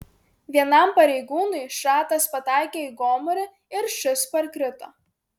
vienam pareigūnui šratas pataikė į gomurį ir šis parkrito